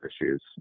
issues